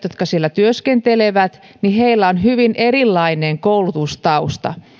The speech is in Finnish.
jotka siellä työskentelevät on hyvin erilainen koulutustausta